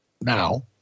now